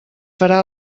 farà